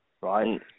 right